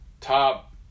top